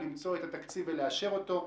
למצוא את התקציב ולאשר אותו.